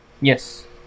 Yes